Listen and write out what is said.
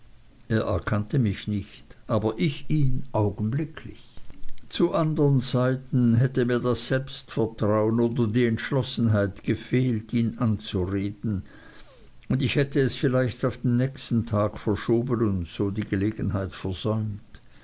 er erkannte mich nicht aber ich ihn augenblicklich zu andern zeiten hätte mir das selbstvertrauen oder die entschlossenheit gefehlt ihn anzureden und ich hätte es vielleicht auf den nächsten tag verschoben und so die gelegenheit versäumt